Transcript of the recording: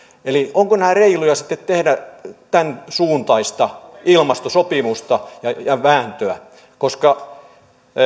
eli onko reilua sitten tehdä tämän suuntaista ilmastosopimusta ja vääntöä